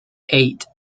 eight